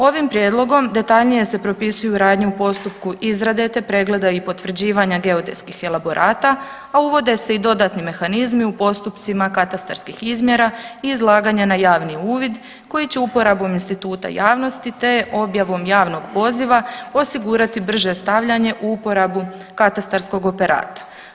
Ovim prijedlogom detaljnije se propisuju radnje u postupku izrade, te pregleda i potvrđivanja geodetskih elaborata, a uvode se i dodatni mehanizmi u postupcima katastarskih izmjera i izlaganja na javni uvid koji će uporabom instituta javnosti, te objavom javnog poziva osigurati brže stavljanje u uporabu katastarskog operata.